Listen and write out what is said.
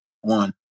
one